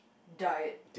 died